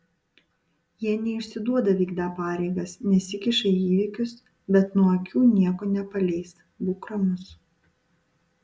jie neišsiduoda vykdą pareigas nesikiša į įvykius bet nuo akių nieko nepaleis būk ramus